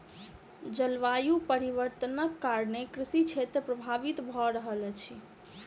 जलवायु परिवर्तनक कारणेँ कृषि क्षेत्र प्रभावित भअ रहल अछि